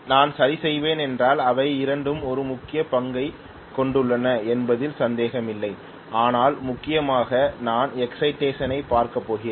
நான் சரிசெய்வேன் என்றால் அவை இரண்டும் ஒரு முக்கிய பங்கைக் கொண்டுள்ளன என்பதில் சந்தேகமில்லை ஆனால் முக்கியமாக நான் எக்சைடேஷன் ஐப் பார்க்கப் போகிறேன்